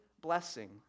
blessing